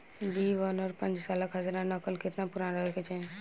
B one और पांचसाला खसरा नकल केतना पुरान रहे के चाहीं?